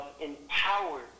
empowered